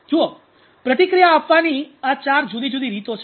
જુઓ પ્રતિક્રિયા આપવાની આ ચાર જુદી જુદી રીતો છે